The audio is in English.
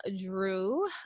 Drew